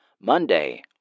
Monday